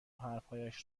حرفهایش